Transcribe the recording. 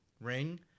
ring